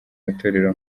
matorero